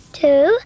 two